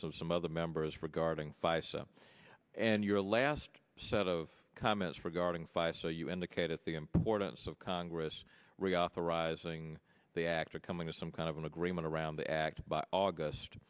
of some of the members regarding five and your last set of comments regarding five so you indicated the importance of congress reauthorizing the act or coming to some kind of an agreement around the act by august